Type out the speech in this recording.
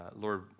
Lord